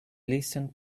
listen